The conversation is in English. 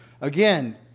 Again